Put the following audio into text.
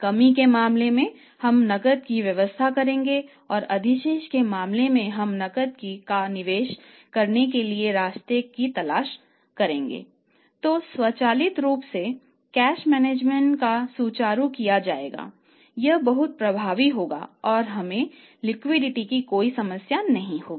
cash बजटकी कोई समस्या नहीं होगी